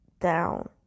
down